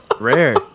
Rare